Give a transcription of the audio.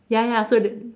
ya ya so the